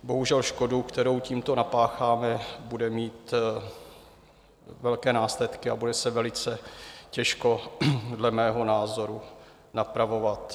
Bohužel škoda, kterou tímto napácháme, bude mít velké následky a bude se velice těžko dle mého názoru napravovat.